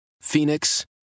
Phoenix